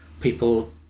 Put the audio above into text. People